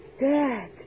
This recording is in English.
Dad